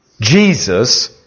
Jesus